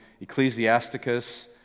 Ecclesiasticus